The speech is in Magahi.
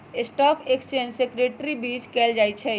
स्टॉक एक्सचेंज पर सिक्योरिटीज के सूचीबद्ध कयल जाहइ